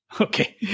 Okay